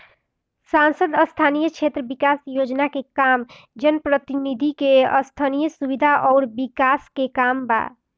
सांसद स्थानीय क्षेत्र विकास योजना के काम जनप्रतिनिधि के स्थनीय सुविधा अउर विकास के काम बा